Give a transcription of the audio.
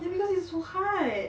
it's because it's so hard